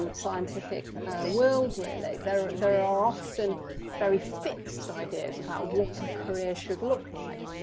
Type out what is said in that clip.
um scientific world really there there are often very fixed ideas about what a career should look like,